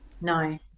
No